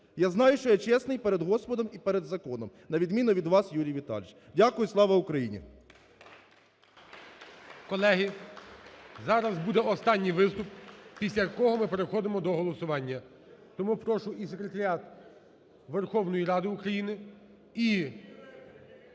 Я знаю, що я чесний перед Господом і перед законом на відміну від вас, Юрій Віталійович. Дякую. Слава Україні! ГОЛОВУЮЧИЙ. Колеги, зараз буде останній виступ, після якого ми переходимо до голосування. Тому прошу і секретаріат Верховної Ради України, і